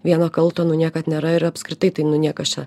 vieno kalto nu niekad nėra ir apskritai tai nu niekas čia